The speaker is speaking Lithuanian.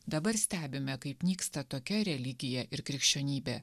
dabar stebime kaip nyksta tokia religija ir krikščionybė